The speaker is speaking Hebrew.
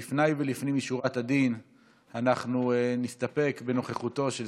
לפני שנתקדם בנושאים על